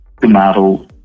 tomorrow